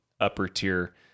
upper-tier